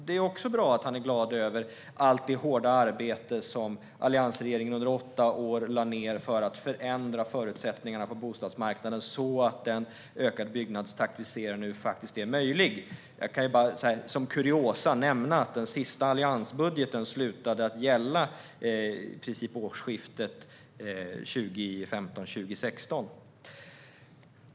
Det är bra att han är glad över allt det hårda arbete som alliansregeringen under åtta år lade ned för att förändra förutsättningar på bostadsmarknaden så att den ökade byggnadstakt vi nu ser är möjlig. Som kuriosa kan jag bara nämna att den senaste alliansbudgeten slutade att gälla i princip vid årsskiftet 2015/16.